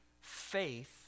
faith